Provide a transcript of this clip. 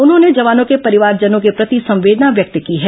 उन्होंने जवानों के परिवारजनों के प्रति संवेदना व्यक्त की है